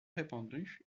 répandu